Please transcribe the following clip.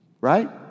Right